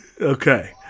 Okay